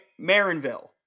Marinville